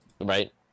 Right